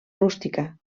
rústica